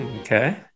Okay